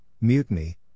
mutiny